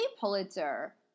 Pulitzer